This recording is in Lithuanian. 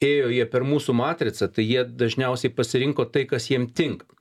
ėjo jie per mūsų matricą tai jie dažniausiai pasirinko tai kas jiem tinka